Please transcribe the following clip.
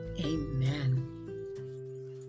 Amen